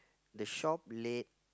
the shop late